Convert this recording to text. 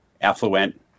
affluent